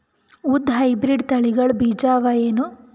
ಉದ್ದ ಹೈಬ್ರಿಡ್ ತಳಿಗಳ ಬೀಜ ಅವ ಏನು?